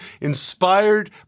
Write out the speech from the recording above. inspired